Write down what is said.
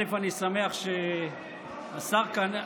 אני שמח שהשר כהנא,